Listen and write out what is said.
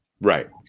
Right